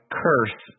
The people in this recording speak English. curse